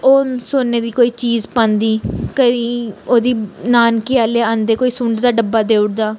ओह् सुन्ने दी कोई चीज़ पांदी केईं ओह्दी नानकी आह्ले आंदे कोई सुंड दी डब्बा देई ओड़दा